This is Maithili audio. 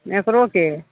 मेट्रोके